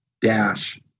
dash